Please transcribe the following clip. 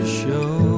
show